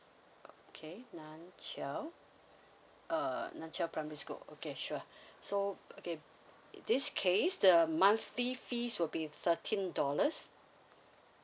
okay nan chiau uh nan chiau primary school okay sure so okay this case the monthly fees will be thirteen dollars